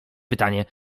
pytanie